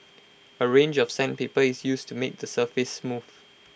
A range of sandpaper is used to make the surface smooth